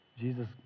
Jesus